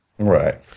Right